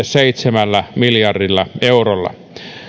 seitsemällä miljardilla eurolla